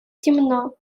темно